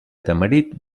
tamarit